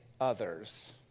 others